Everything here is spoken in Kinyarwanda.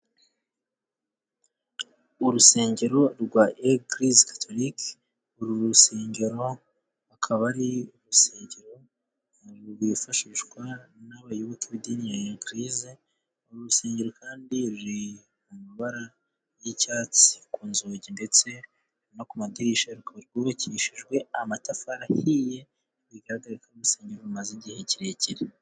Urusengero rwa eglize katolike, uru rusengero rukaba ari urusengero rwifashishwa n'abayoboke b'idini ya eglize, uru rusengero kandi ruri mu mabara y'icyatsi ku nzugi ndetse no ku madirishya, rukaba rwubakishijwe amatafari ahiye bigaragare ko uru rusengero rumaze igihe kirekire.